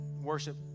worship